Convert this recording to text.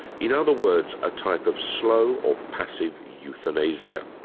in other words, a type of slow or passive euthanasia.